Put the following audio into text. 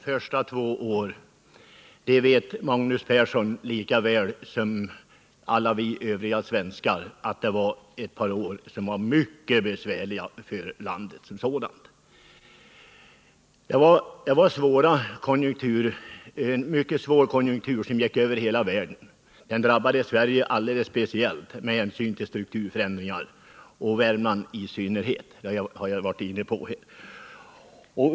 Fru talman! Magnus Persson vet lika väl som vi alla andra svenskar att de två år den förra trepartiregeringen satt var mycket besvärliga för vårt land. Det var en mycket svår konjunkturnedgång som gick över hela världen och som med hänsyn till strukturförändringarna drabbade Sverige särskilt hårt. I synnerhet drabbades Värmland — det har jag varit inne på tidigare.